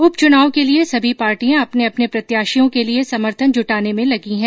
उप चुनाव के लिए सभी पार्टियां अपने अपने प्रत्याशियों के लिए समर्थन जुटाने में लगी है